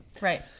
Right